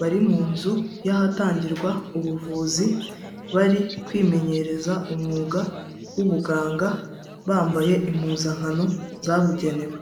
bari mu nzu y'ahatangirwa ubuvuzi, bari kwimenyereza umwuga w'ubuganga bambaye impuzankano zabugenewe.